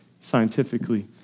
scientifically